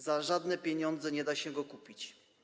Za żadne pieniądze nie da się go kupić.